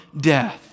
death